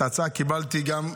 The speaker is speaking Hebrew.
את ההצעה קיבלתי גם,